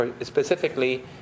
specifically